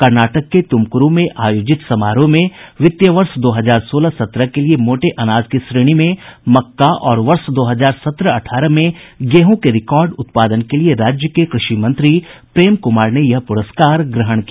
कर्नाटक के तुमकुरू में आयोजित समारोह में वित्तीय वर्ष दो हजार सोलह सत्रह के लिये मोटे अनाज की श्रेणी में मक्का और वर्ष दो हजार सत्रह अठारह में गेहूं के रिकार्ड उत्पादन के लिये राज्य के कृषि मंत्री प्रेम कुमार ने यह पुरस्कार ग्रहण किया